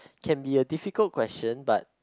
can be a difficult question but